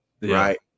Right